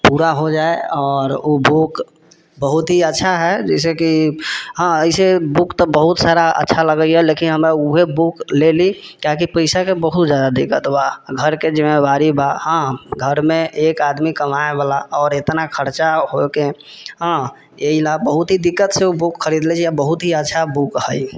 पूरा हो जाइ आओर ओ बुक बहुत ही अच्छा हइ जइसे कि हँ अइसँ बुक तऽ बहुत सारा अच्छा लगैए लेकिन हमे वएह बुक लेली कियाकि पैसाके बहुत ज्यादा दिक्कत बा घरके जिम्मेवारी बा हँ घरमे एक आदमी कमाइवला आओर इतना खर्चा होइके हँ एहिलए बहुत ही दिक्कतसँ ओ बुक खरीदले छी आ बहुत ही अच्छा बुक हइ